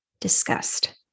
disgust